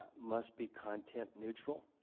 must be content neutral.